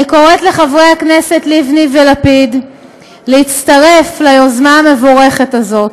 אני קוראת לחברי הכנסת לבני ולפיד להצטרף ליוזמה המבורכת הזאת,